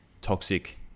toxic